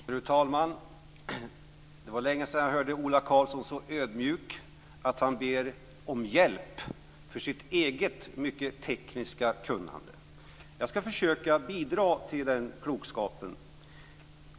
Fru talman! Det var länge sedan jag hörde Ola Karlsson så ödmjuk att han ber om hjälp med tanke på hans egna mycket tekniska kunnande. Jag skall försöka bidra till den klokskapen.